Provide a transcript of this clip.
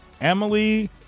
Emily